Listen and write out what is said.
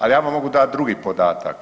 Ali ja vam mogu dati drugi podatak.